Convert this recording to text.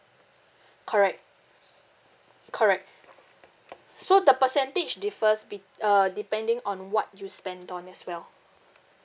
correct correct so the percentage differs bet~ uh depending on what you spend on as well